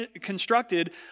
constructed